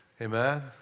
Amen